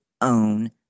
own